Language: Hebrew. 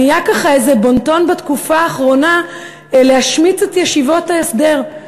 נהיה ככה איזה בון-טון בתקופה האחרונה להשמיץ את ישיבות ההסדר,